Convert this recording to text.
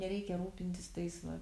nereikia rūpintis tais va